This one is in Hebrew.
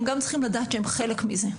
הם גם צריכים לדעת שהם חלק מזה.